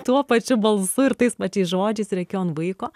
tuo pačiu balsu ir tais pačiais žodžiais rėkiu ant vaiko